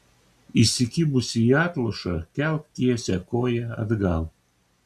įsikibusi į atlošą kelk tiesią koją atgal